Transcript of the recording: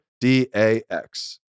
D-A-X